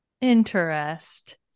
Interest